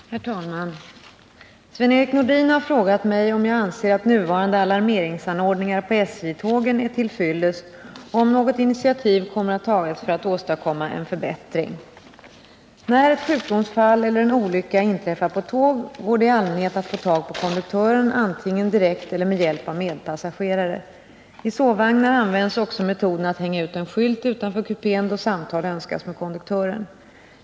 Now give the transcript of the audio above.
Herr talman! Sven-Erik Nordin har frågat mig om jag anser att nuvarande alarmeringsanordningar på SJ-tågen är till fyllest och om något initiativ kommer att tas för att åstadkomma en förbättring. Närett sjukdomsfall eller en olycka inträffar på tåg går det i allmänhet att få tag på konduktören antingen direkt eller med hjälp av medpassagerare. I sovvagnar används också metoden att hänga ut en skylt utanför kupén då samtal önskas med konduktören.